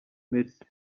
merci